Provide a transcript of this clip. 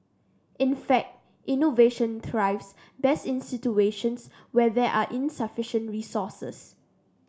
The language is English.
in fact innovation thrives best in situations where there are insufficient resources